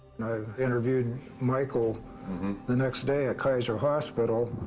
you know interviewed michael the next day at kaiser hospital.